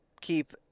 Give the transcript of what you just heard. keep